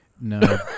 No